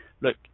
look